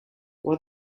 while